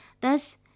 Thus